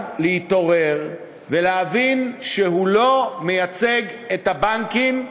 להתעורר ולהבין שהוא לא מייצג את הבנקים,